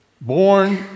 Born